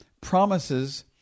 promises